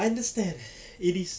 understand it is